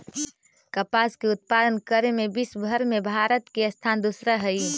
कपास के उत्पादन करे में विश्वव भर में भारत के स्थान दूसरा हइ